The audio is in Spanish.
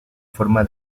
forma